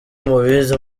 mubizi